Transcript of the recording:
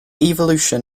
evolution